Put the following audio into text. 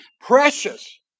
Precious